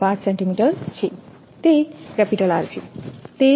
5 centimetre છે તે R છે તે 2